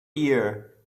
year